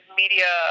media